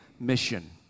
mission